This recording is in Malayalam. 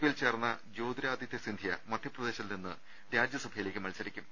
പിയിൽ ചേർന്ന ജ്യോതി രാദിത്യ സിന്ധ്യ മദ്ധ്യപ്രദേശിൽനിന്ന് രാജ്യസഭയിലേക്ക് മത്സരിക്കും